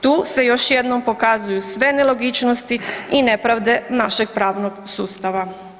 Tu se još jednom pokazuju sve nelogičnosti i nepravde našeg pravnog sustava.